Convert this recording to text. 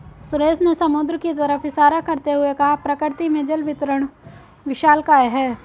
सुरेश ने समुद्र की तरफ इशारा करते हुए कहा प्रकृति में जल वितरण विशालकाय है